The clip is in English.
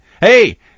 Hey